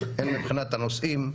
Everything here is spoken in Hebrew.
הן מבחינת הנושאים,